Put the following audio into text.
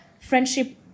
friendship